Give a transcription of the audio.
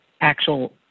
actual